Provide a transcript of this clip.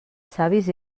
savis